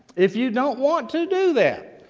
if you don't want to do that,